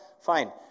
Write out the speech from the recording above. Fine